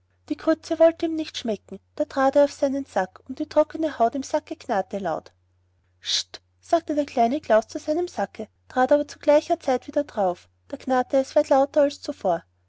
die grütze wollte ihm nicht schmecken da trat er auf seinen sack und die trockene haut im sacke knarrte laut st sagte der kleine klaus zu seinem sacke trat aber zu gleicher zeit wieder darauf da knarrte es weit lauter als zuvor